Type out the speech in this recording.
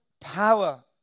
power